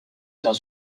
dans